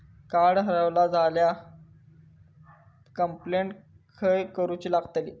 Card हरवला झाल्या complaint खय करूची लागतली?